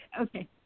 Okay